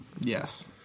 Yes